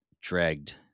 dragged